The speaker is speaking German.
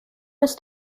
ist